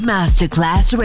Masterclass